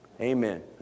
Amen